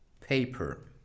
paper